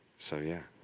so yeah.